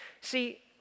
See